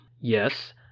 Yes